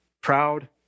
proud